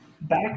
Back